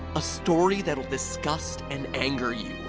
a story that will disgust and anger you.